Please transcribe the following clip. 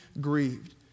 grieved